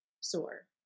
soar